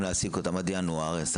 להעסיק פבלוטומיסטים עד ינואר,